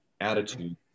attitude